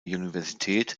universität